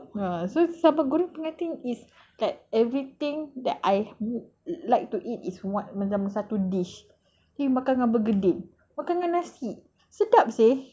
ah so sambal goreng pengantin is like everything that I mu~ like to eat is what macam satu dish you makan dengan bergedil makan dengan nasi sedap seh